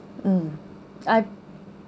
mm I